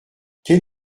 quel